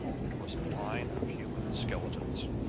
it was a line of human skeletons.